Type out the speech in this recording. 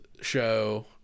show